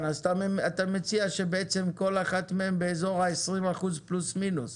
אז אתה מציע שכל אחת מהן באיזור 20% פלוס מינוס?